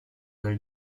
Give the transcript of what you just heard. del